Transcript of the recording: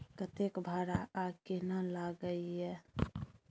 कतेक भाड़ा आ केना लागय ये?